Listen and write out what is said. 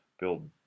build